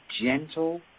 gentle